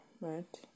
right